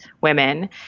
women